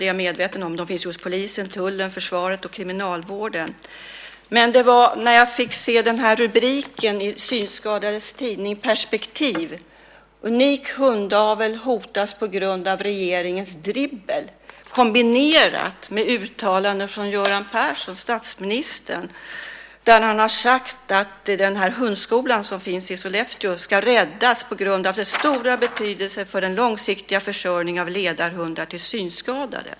Det är jag medveten om. De finns hos polisen, tullen, försvaret och kriminalvården. Jag fick se rubriken i Synskadades Riksförbunds tidning Perspektiv: "Unik hundavel hotas på grund av regeringens dribbel". Detta kombinerades med uttalanden från statsminister Göran Persson. Han har sagt hundskolan som finns i Sollefteå ska räddas på grund av dess stora betydelse för den långsiktiga försörjningen av ledarhundar till synskadade.